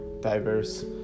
diverse